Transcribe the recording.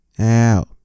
out